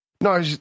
No